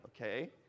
Okay